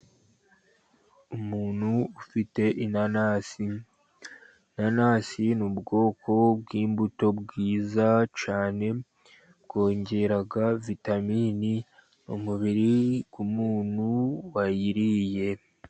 Umuntu ufite inanasi, inanasi ni ubwoko bw'imbuto bwiza cyane bwongerera vitaminini umubiri umuntu wayiriye.